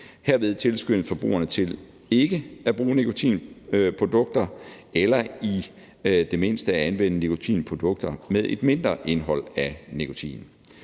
Herved tilskyndes forbrugerne til ikke at bruge nikotinprodukter eller i det mindste at anvende nikotinprodukter med et mindre indhold af nikotin.